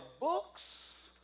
books